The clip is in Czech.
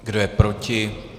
Kdo je proti?